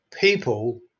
people